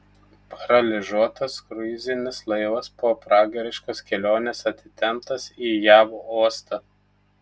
paralyžiuotas kruizinis laivas po pragariškos kelionės atitemptas į jav uostą